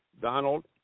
Donald